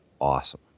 awesome